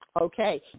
Okay